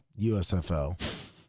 USFL